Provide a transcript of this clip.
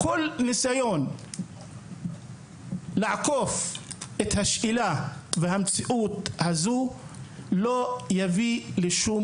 כל ניסיון לעקוף את השאלה ואת המציאות הזאת לא יביא לשום